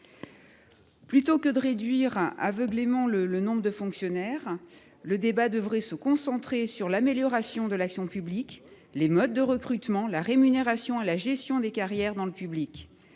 Plutôt que de réduire aveuglément le nombre de fonctionnaires, le débat devrait se concentrer sur l’amélioration de l’action publique, les modes de recrutement, la rémunération et la gestion des carrières du secteur public.